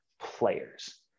players